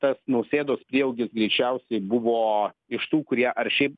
tas nausėdos prieaugis greičiausiai buvo iš tų kurie ar šiaip